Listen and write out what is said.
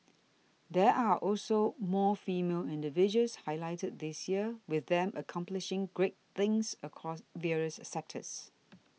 there are also more female individuals highlighted this year with them accomplishing great things across various sectors